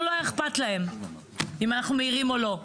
לא היה אכפת להם אם אנחנו מעירים או לא,